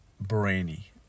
brainy